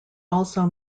also